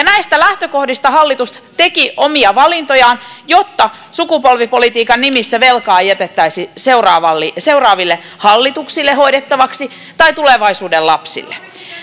näistä lähtökohdista hallitus teki omia valintojaan jotta sukupolvipolitiikan nimissä velkaa ei jätettäisi seuraaville hallituksille hoidettavaksi tai tulevaisuuden lapsille